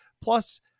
Plus